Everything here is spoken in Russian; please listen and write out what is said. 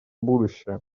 будущее